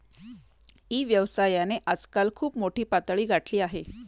E व्यवसायाने आजकाल खूप मोठी पातळी गाठली आहे